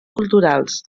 culturals